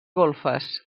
golfes